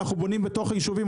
אנחנו בונים בתוך היישובים,